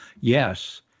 Yes